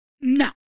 No